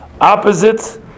opposites